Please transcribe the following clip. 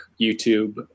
YouTube